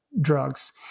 drugs